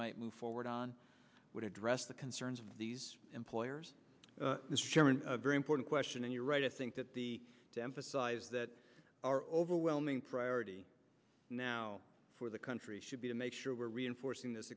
might move forward on would address the concerns of these employers mr chairman a very important question and you're right to think that the to emphasize that our overwhelming priority now for the country should be to make sure we're reinforcing this